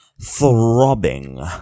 throbbing